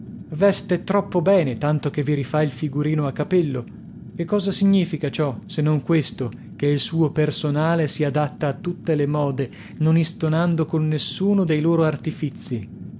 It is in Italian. veste troppo bene tanto che vi rifà il figurino a capello che cosa significa ciò se non questo che il suo personale si adatta a tutte le mode non istonando con nessuno dei loro artifizi